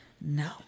No